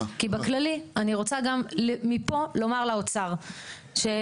כי בכללי אני רוצה גם מפה לומר לאוצר שבאמת,